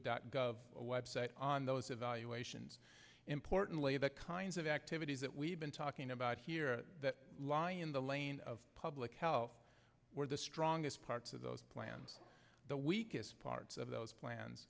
dot gov website on those evaluations importantly the kinds of activities that we've been talking about here lie in the lane of public hell where the strongest parts of those plans the weakest parts of those plans